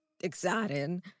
exciting